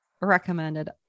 recommended